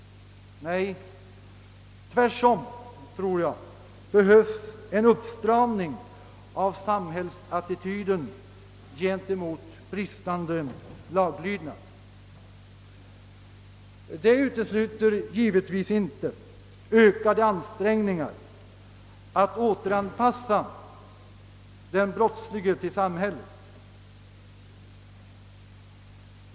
Tvärtom anser jag att det behövs en uppstramning av samhällsattityden gentemot bristande laglydnad. Det utesluter givetvis inte ökade ansträngningar att återanpassa den brottslige till samhället.